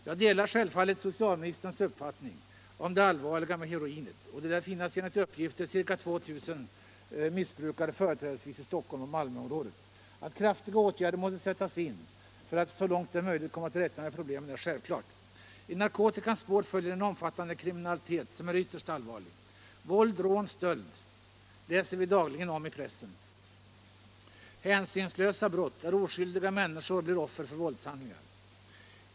Jag delar självfallet socialministerns uppfattning om det allvarliga med heroinet, och det lär som sagt finnas ca 2 000 heroinmissbrukare, företrädesvis i Stockholm och Malmöområdet. Att kraftiga åtgärder måste sättas in för att så långt möjligt komma till rätta med problemen är 31 självklart. I narkotikans spår följer en omfattande kriminalitet, som är ytterst allvarlig. Våld, rån och stöld läser vi dagligen om i pressen — hänsynslösa brott där oskyldiga människor blir offer för våldshandlingar.